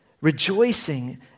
Rejoicing